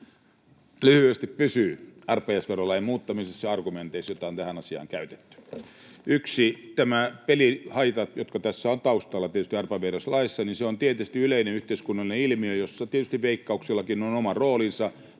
Lyhyesti: pysyy arpajaisverolain muuttamisessa ja argumenteissa, joita on tähän asiaan käytetty. Nämä pelihaitat, jotka ovat taustalla tässä arpajaisverolaissa, ovat tietysti yleinen yhteiskunnallinen ilmiö, jossa tietysti Veikkauksellakin on oma roolinsa.